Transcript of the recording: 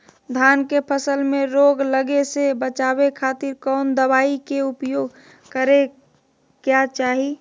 धान के फसल मैं रोग लगे से बचावे खातिर कौन दवाई के उपयोग करें क्या चाहि?